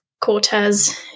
Cortez